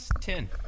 ten